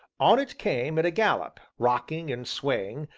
on it came at a gallop, rocking and swaying,